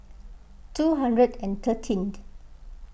two hundred and thirteen